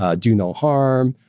ah do no harm,